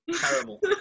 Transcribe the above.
Terrible